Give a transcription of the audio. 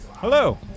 Hello